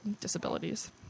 disabilities